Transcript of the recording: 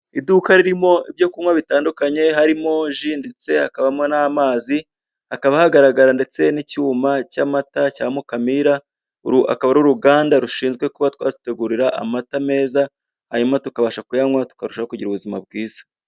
Iduka ririmo ibyo kunywa bitandukanye, harimo ji ndetse hakabamo n'amazi. Hakaba hagaragara ndetse n'icyuma cy'amata cya mukamira, uru akaba ari uruganda rushinzwe kubategurira amata meza hanyuma tukabasha kuyanywa tukarusha kugira ubuzima bwiza.